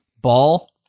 ball